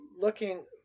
looking